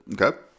Okay